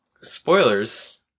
spoilers